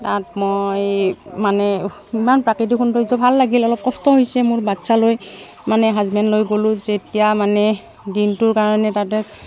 তাত মই মানে ইমান প্ৰাকৃতিক সৌন্দৰ্য ভাল লাগিল অলপ কষ্ট হৈছে মোৰ বাচ্ছালৈ মানে হাজবেণ্ড লৈ গ'লোঁ যেতিয়া মানে দিনটোৰ কাৰণে তাতে